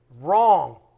Wrong